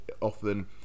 often